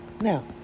Now